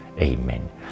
Amen